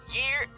year